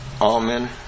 Amen